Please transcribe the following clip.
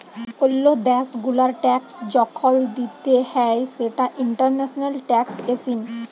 ওল্লো দ্যাশ গুলার ট্যাক্স যখল দিতে হ্যয় সেটা ইন্টারন্যাশনাল ট্যাক্সএশিন